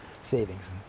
savings